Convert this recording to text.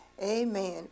Amen